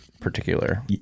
particular